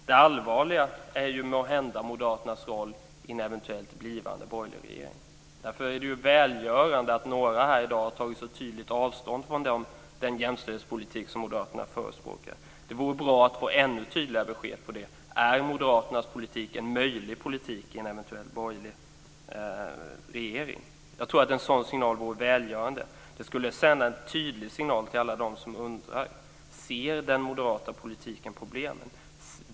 Det allvarliga är måhända Moderaternas roll i en eventuellt blivande borgerlig regering. Därför är det välgörande att några här i dag har tagit så tydligt avstånd från den jämställdhetspolitik som Moderaterna förespråkar. Det vore bra att få ännu tydligare besked på den punkten: Är Moderaternas politik en möjlig politik i en eventuell borgerlig regering? Jag tror att det vore välgörande. Det skulle sända en tydlig signal till alla dem som undrar. Ser den moderata politiken problemen?